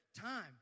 time